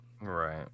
Right